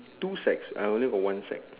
two sacks I only got one sack